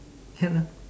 can lah